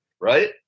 right